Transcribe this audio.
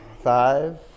five